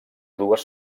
dues